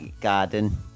garden